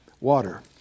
water